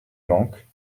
manque